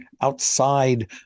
outside